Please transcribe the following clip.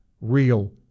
real